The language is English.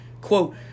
Quote